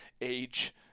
age